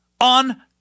On